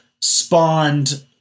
spawned